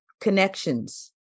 connections